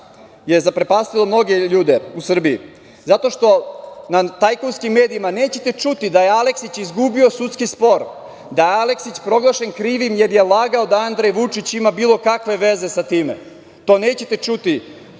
je zaprepastilo mnoge ljude u Srbiji zato što na tajkunskim medijima nećete čuti da je Aleksić izgubio sudski spor, da je Aleksić proglašen krivim jer je lagao da Andrej Vučić ima bilo kakve veze sa time. To nećete čuti